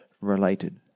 related